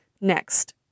Next